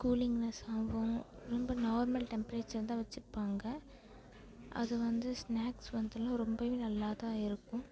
கூலிங்னஸாவும் ரொம்ப நார்மல் டெம்ப்ரேச்சர்ல தான் வச்சு இருப்பாங்க அது வந்து ஸ்னாக்ஸ் வந்துலாம் ரொம்பவே நல்லா தான் இருக்கும்